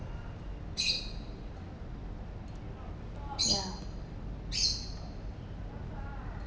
ya